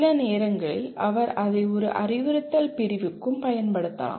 சில நேரங்களில் அவர் அதை ஒரு அறிவுறுத்தல் பிரிவுக்கும் பயன்படுத்தலாம்